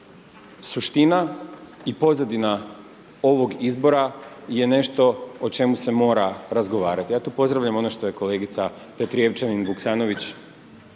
suština i pozadina ovog izbora je nešto o čem se mora razgovarati, zato pozdravljam ono što je kolegica Petrijevčanin Vuksanović